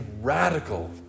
radical